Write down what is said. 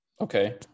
Okay